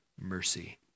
mercy